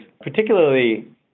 particularly